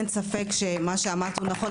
אין ספק שמה שאמרת הוא נכון,